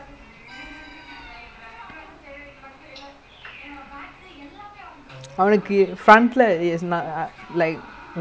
but I mean nikki like because அவன் தனியா:avan thaniyaa he அவனால ஒன்னும் பண்ண முடியல:avanaala onnum panna mudiyala like if it's like one or two on one he can do something lah